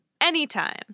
Anytime